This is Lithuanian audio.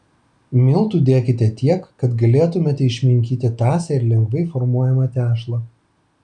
miltų dėkite tiek kad galėtumėte išminkyti tąsią ir lengvai formuojamą tešlą